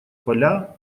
поля